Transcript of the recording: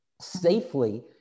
safely